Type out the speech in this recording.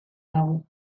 dago